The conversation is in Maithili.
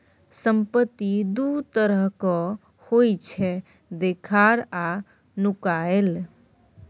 संपत्ति दु तरहक होइ छै देखार आ नुकाएल